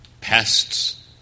pests